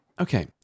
Okay